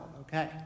Okay